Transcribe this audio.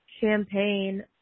champagne